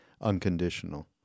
unconditional